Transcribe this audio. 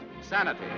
sanity